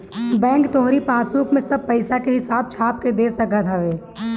bank तोहरी passbook में सब पईसा के हिसाब छाप के दे सकत हवे